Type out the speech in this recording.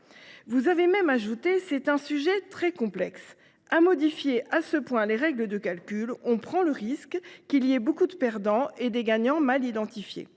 Vous avez ajouté que le sujet était très complexe, et que, à modifier à ce point les règles de calcul, on prenait le risque qu’il y ait beaucoup de perdants et des gagnants mal identifiés.